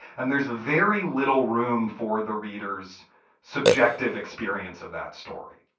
and there's very little room for the readers subjective experience of that story.